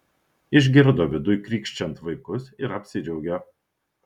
išgirdo viduj krykščiant vaikus ir apsidžiaugė